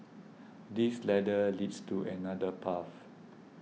this ladder leads to another path